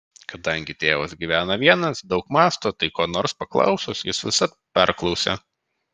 kadangi tėvas gyvena vienas daug mąsto tai ko nors paklausus jis visad perklausia